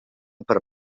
per